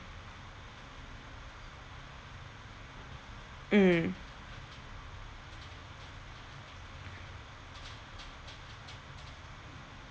mm